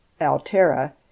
Altera